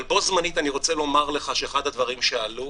אבל בו זמנית אני רוצה לומר שאחד הדברים שעלו